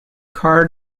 car